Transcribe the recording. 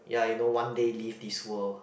ya you know one day leave this world